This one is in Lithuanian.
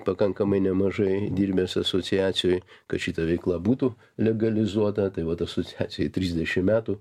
pakankamai nemažai dirbęs asociacijoj kad šita veikla būtų legalizuota tai vat asociacijai trisdešim metų